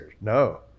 No